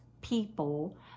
people